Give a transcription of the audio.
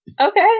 Okay